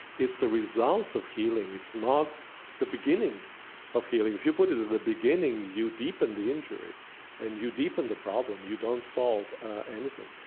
it's the result of healing it's not the beginning of healing. if you put it at the beginning, you deepen the injury and you deepen the problem. you don't solve anything.